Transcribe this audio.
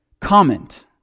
comment